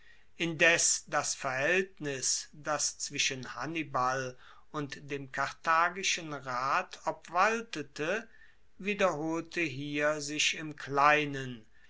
indes das verhaeltnis das zwischen hannibal und dem karthagischen rat obwaltete wiederholte hier sich im kleinen